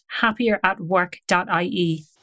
happieratwork.ie